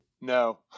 no